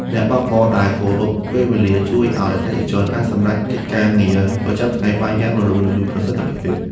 អ្នកបើកបរដែលគោរពពេលវេលាជួយឱ្យអតិថិជនអាចសម្រេចកិច្ចការងារប្រចាំថ្ងៃបានយ៉ាងរលូន និងមានប្រសិទ្ធភាព។